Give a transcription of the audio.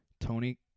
Tony